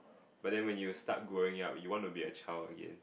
but then when you start growing up you want to be a child again